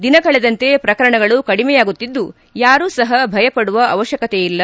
ದಿನಕಳೆದಂತೆ ಪ್ರಕರಣಗಳು ಕಡಿಮೆಯಾಗುತ್ತಿದ್ದು ಯಾರೂ ಸಹ ಭಯ ಪಡುವ ಅವಶ್ಯಕತೆಯಿಲ್ಲ